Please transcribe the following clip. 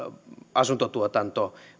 asuntotuotanto